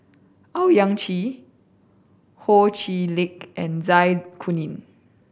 Owyang Chi Ho Chee Lick and Zai Kuning